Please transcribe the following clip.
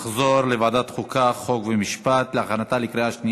התשע"ד 2014, לוועדת החוקה, חוק ומשפט נתקבלה.